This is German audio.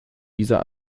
dieser